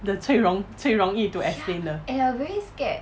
the 最容最容易 to explain 的